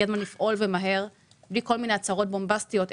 הגיע הזמן לפעול מהר בלי כל מיני הצהרות בומבסטיות,